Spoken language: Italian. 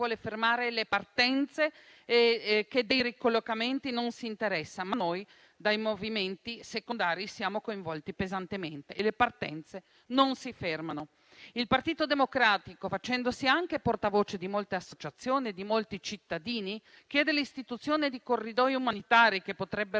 Il Partito Democratico, facendosi anche portavoce di molte associazioni e di molti cittadini, chiede l'istituzione di corridoi umanitari che potrebbero